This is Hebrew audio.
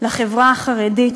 לחברה החרדית